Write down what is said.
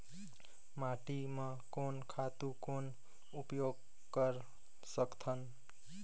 माटी म कोन खातु कौन उपयोग कर सकथन?